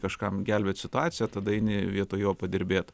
kažkam gelbėt situaciją tada eini vietoj jo padirbėt